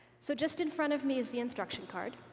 so just in front of me is the instruction card.